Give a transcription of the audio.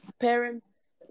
parents